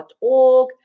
.org